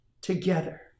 Together